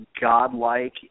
godlike